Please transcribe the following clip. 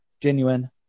genuine